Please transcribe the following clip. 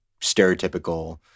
stereotypical